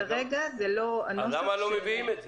כרגע זה לא הנוסח --- אז למה לא מביאים את זה?